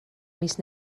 mis